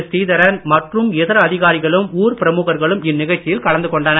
ஸ்ரீதரன் மற்றும் இதர அதிகாரிகளும் ஊர் பிரமுகர்களும் இந்நிகழ்ச்சியில் கலந்து கொண்டனர்